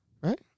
Right